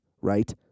right